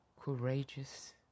courageous